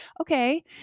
Okay